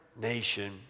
nation